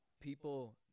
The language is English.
people